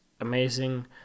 amazing